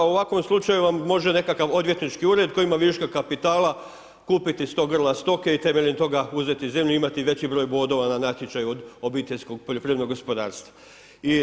U ovakvom slučaju vam može nekakav odvjetnički ured koji ima viška kapitala kupiti 100 grla stoke i temeljem toga uzeti zemlju i imati veći broj bodova na natječaju od OPG-a.